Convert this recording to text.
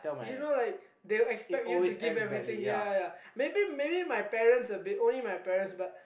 you know like they'll expect you to give everything ya ya maybe maybe my parents a bit only my parents but